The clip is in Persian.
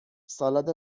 سالاد